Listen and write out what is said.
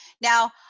now